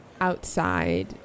outside